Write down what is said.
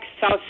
South